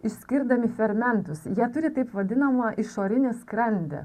išskirdami fermentus jie turi taip vadinamą išorinį skrandį